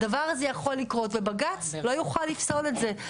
הדבר הזה יכול לקרות ובג"צ לא יוכל לפסול את זה,